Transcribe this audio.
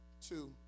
two